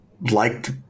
liked